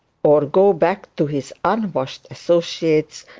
or go back to his unwashed associates,